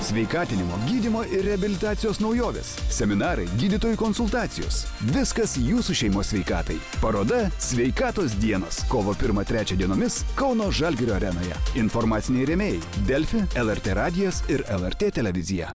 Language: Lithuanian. sveikatinimo gydymo ir reabilitacijos naujovės seminarai gydytojų konsultacijos viskas jūsų šeimos sveikatai paroda sveikatos dienos kovo pirmą trečią dienomis kauno žalgirio arenoje informaciniai rėmėjai delfi lrt radijas ir lrt televizija